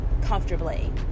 comfortably